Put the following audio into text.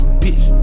bitch